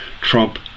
Trump